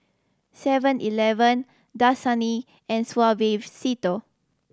Seven Eleven Dasani and Suavecito